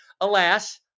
alas